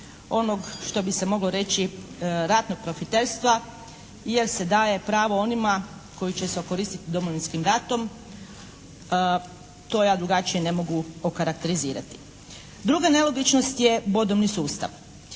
onog što bi se moglo reći ratnog profiterstva jer se daje pravo onima koji će se okoristiti Domovinskim ratom. To ja drugačije ne mogu okarakterizirati. Druga nelogičnost je bodovni sustav.